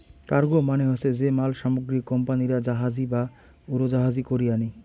cargo মানে হসে যে মাল সামগ্রী কোম্পানিরা জাহাজী বা উড়োজাহাজী করি আনি